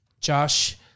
Josh